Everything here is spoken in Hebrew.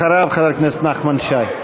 אחריו, חבר הכנסת נחמן שי.